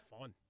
fun